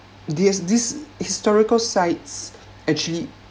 there's these historical sites actually